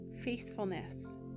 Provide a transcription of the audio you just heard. faithfulness